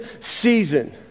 season